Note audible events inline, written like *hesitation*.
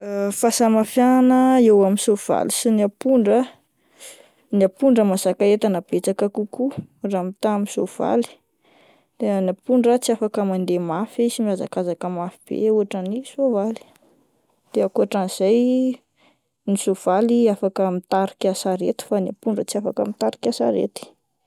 *hesitation* Fahasamihafana eo amin'ny soavaly sy ny ampondra ah, *noise* ny ampondra mahazaka entana betsaka kokoa raha mitaha amin'ny soavaly, *hesitation* ny ampondra ah tsy afaka mandeha mafy sy mihazakazaka mafy be otran'ny soavaly ,dia akotran'izay ny soavaly afaka mitarika sarety fa ny ampondra tsy afaka mitarika sarety.